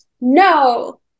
no